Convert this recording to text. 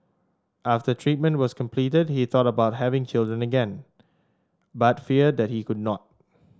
after treatment was completed he thought about having children again but feared that he could not